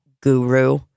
guru